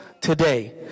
today